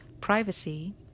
Privacy